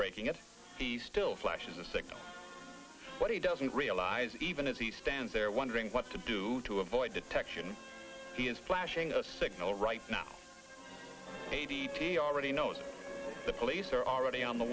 breaking it he still flashes a signal but he doesn't realize even as he stands there wondering what to do to avoid detection he is flashing a signal right now a d t already knows the police are already on the